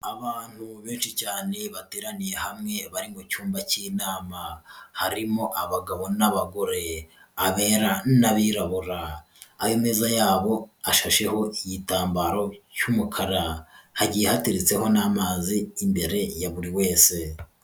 Abantu benshi cyane bateraniye hamwe bari mu cyumba cy'inama harimo abagabo n'abagore, abera n'abirabura, ayo meza yabo hashasheho igitambaro cy'umukara, hagiye hateretseho n'amazi imbere ya buri wese.